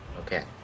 Okay